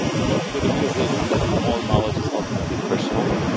but with the realization that all knowledge is ultimately personal.